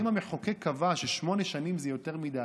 אם המחוקק קבע ששמונה שנים זה יותר מדי,